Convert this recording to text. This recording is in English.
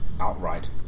outright